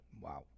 Wow